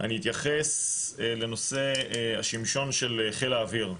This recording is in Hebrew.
אני אתייחס לנושא השמשון של חיל האוויר.